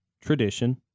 Tradition